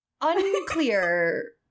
Unclear